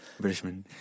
Britishman